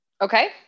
Okay